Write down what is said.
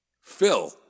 Phil